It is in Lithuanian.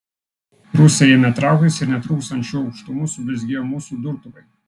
rusai ėmė trauktis ir netrukus ant šių aukštumų sublizgėjo mūsų durtuvai